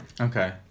Okay